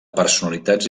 personalitats